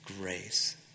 grace